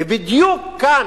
ובדיוק כאן,